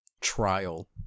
trial